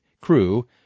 Crew